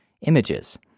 images